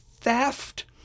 theft